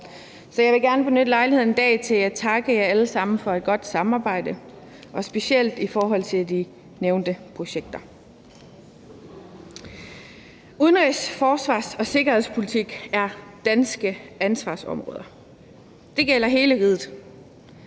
Så jeg vil gerne benytte lejligheden i dag til at takke jer alle sammen for et godt samarbejde, specielt i forhold til de nævnte projekter. Udenrigs-, forsvars- og sikkerhedspolitik er danske ansvarsområder. Det gælder hele riget.